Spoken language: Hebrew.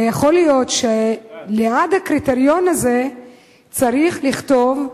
יכול להיות שליד הקריטריון הזה צריך לכתוב: